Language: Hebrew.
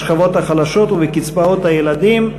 בשכבות החלשות ובקצבאות הילדים.